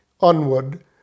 onward